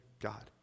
God